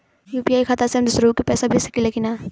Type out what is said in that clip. UPI खाता से हम दुसरहु के पैसा भेज सकीला की ना?